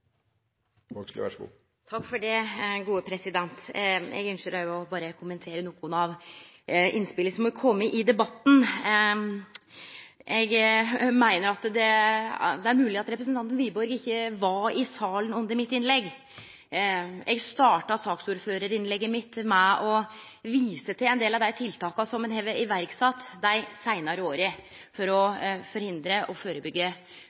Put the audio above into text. Eg ynskjer òg berre å kommentere nokon av innspela som er komne i debatten. Det er mogleg at representanten Wiborg ikkje var i salen under mitt innlegg. Eg starta saksordførarinnlegget mitt med å vise til ein del av dei tiltaka som ein har sett i verk dei seinare åra for å forhindre og